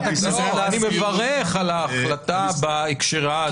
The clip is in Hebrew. לא, אני מברך על ההחלטה בהקשרה הזה.